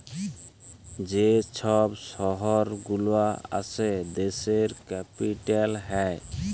যে ছব শহর গুলা আসে দ্যাশের ক্যাপিটাল হ্যয়